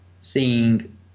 seeing